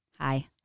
Hi